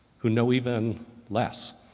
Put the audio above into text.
who know even less.